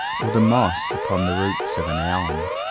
or the moss upon the roots of an elm.